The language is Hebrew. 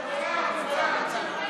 הוא בורח.